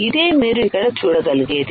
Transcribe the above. ఇదే మీరు ఇక్కడ చూడగలిగేది